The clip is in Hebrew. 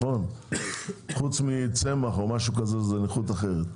חוץ מצמח שזו נכות אחרת.